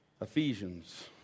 Ephesians